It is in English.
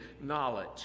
knowledge